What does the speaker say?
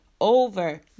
over